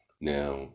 Now